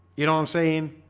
you know i'm saying